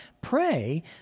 pray